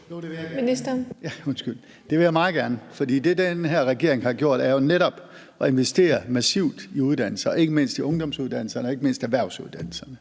det vil jeg meget gerne, for det, den her regering har gjort, er jo netop at investere massivt i uddannelser og ikke mindst i ungdomsuddannelserne og erhvervsuddannelserne.